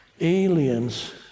aliens